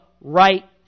right